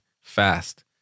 fast